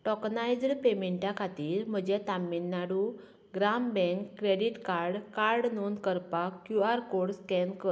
tokenizer पेमेंटा खातीर म्हजें Tamil Nadu Gram bank credit card card नोंद करपाक क्यू आर कोड स्कॅन कर